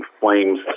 flames